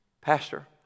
pastor